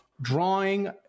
drawing